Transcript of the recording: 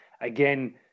again